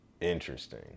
interesting